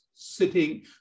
sitting